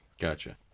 Gotcha